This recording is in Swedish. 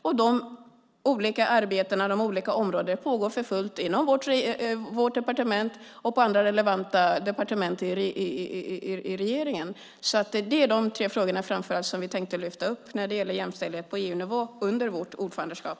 Arbetet inom de olika områdena pågår för fullt inom vårt departement och på andra relevanta departement i regeringen. Det är framför allt de tre frågorna vi tänker lyfta upp när det gäller jämställdhet på EU-nivå under vårt ordförandeskap.